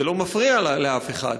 זה לא מפריע לאף אחד,